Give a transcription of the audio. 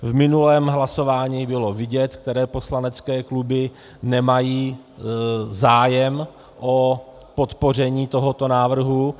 V minulém hlasování bylo vidět, které poslanecké kluby nemají zájem o podpoření tohoto návrhu.